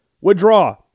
withdraw